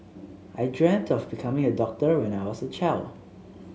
I dreamt of becoming a doctor when I was a child